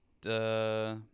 Duh